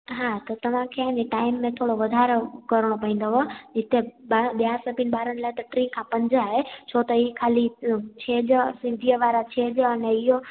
हा त तव्हांखे अने टाइम में थोरो वधारो करिणो पवंदव इते ब ॿिया सभिनि ॿारनि लाइ त टी खां पंज आहे छो त हीअ ख़ाली अ छेज अन सिंधीअ वारा छेज अने इहो